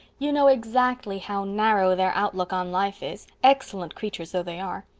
you know exactly how narrow their outlook on life is, excellent creatures though they are.